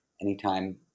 anytime